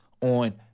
on